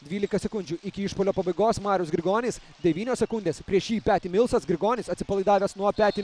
dvylika sekundžių iki išpuolio pabaigos marius grigonis devynios sekundės prieš jį peti milsas grigonis atsipalaidavęs nuo peti